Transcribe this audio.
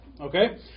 Okay